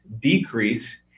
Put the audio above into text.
decrease